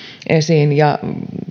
esiin ja